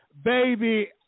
Baby